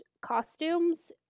costumes